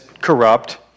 corrupt